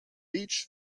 each